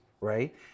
right